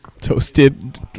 Toasted